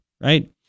Right